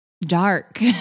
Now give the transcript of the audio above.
dark